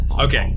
Okay